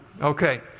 Okay